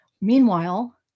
Meanwhile